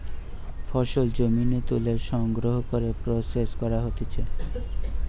ফসল জমি নু তুলে সংগ্রহ করে প্রসেস করা হতিছে